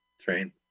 train